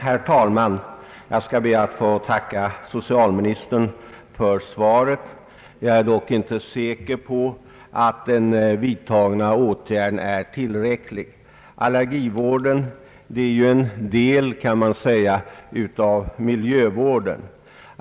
Herr talman! Jag skall be att få tacka socialministern för svaret. Jag är dock inte säker på att den vidtagna åtgärden kommer att visa sig tillräcklig. Man kan säga att allergivården är en del av miljövården.